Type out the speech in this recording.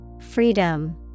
Freedom